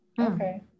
Okay